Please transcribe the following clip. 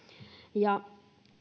ja